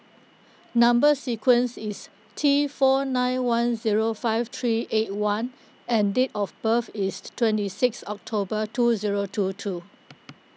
Number Sequence is T four nine one zero five three eight one and date of birth is twenty six October two zero two two